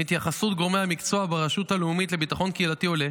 מהתייחסות גורמי המקצוע ברשות הלאומית לביטחון קהילתי עולה